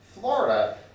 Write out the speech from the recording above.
Florida